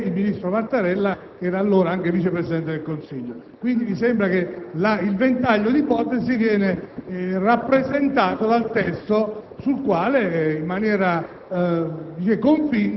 di sicurezza. Ricordo il ministro Frattini e anche il ministro Mattarella, che era allora anche vice Presidente del Consiglio. Mi sembra quindi che il ventaglio di ipotesi viene rappresentato dal testo,